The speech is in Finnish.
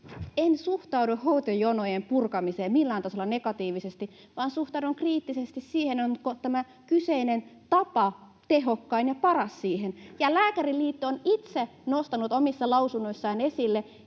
En suhtaudu hoitojonojen purkamiseen millään tasolla negatiivisesti, vaan suhtaudun kriittisesti siihen, onko tämä kyseinen tapa tehokkain ja paras siihen. Lääkäriliitto on itse nostanut omissa lausunnoissaan esille,